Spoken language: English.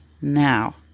now